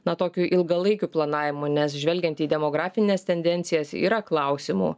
na tokiu ilgalaikiu planavimu nes žvelgiant į demografines tendencijas yra klausimų